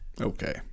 Okay